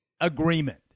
agreement